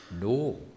No